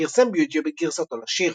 פרסם ביוטיוב את גרסתו לשיר.